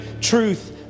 truth